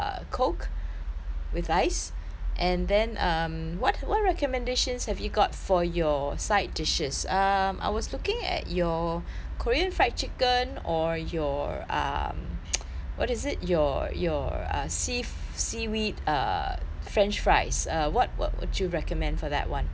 with ice and then um what what recommendations have you got for your side dishes um I was looking at your korean fried chicken or your um what is it your your uh seif~ seaweed err french fries uh what what would you recommend for that [one]